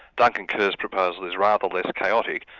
duncan kerr's proposal is rather less chaotic,